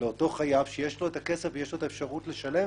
לאותו חייב שיש לו את הכסף ויש לו את האפשרות לשלם